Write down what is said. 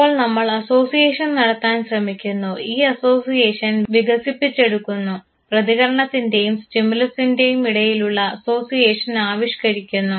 അപ്പോൾ നമ്മൾ അസോസിയേഷൻ നടത്താൻ ശ്രമിക്കുന്നു ഈ അസോസിയേഷൻ വികസിപ്പിച്ചെടുക്കുന്നു പ്രതികരണത്തിൻറെയും സ്റ്റിമുലസിൻറെയും ഇടയിലുള്ള അസോസിയേഷൻ ആവിഷ്കരിക്കുന്നു